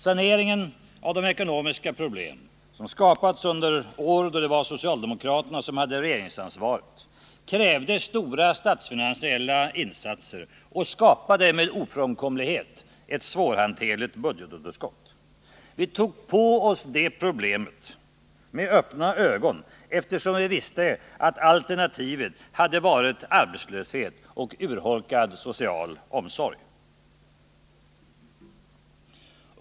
Saneringen av de ekonomiska problem som skapats under år då det var socialdemokraterna som hade regeringsansvaret krävde stora statsfinansiella insatser och skapade med ofrånkomlighet ett svårhanterligt budgetunderskott. Vi tog på oss det problemet med öppna ögon, eftersom vi visste att alternativet hade varit arbetslöshet och urholkad social omsorg.